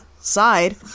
side